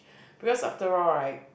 because after all right